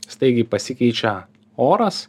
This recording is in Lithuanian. staigiai pasikeičia oras